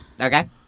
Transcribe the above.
Okay